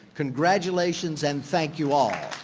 congratulations and thank you all.